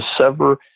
sever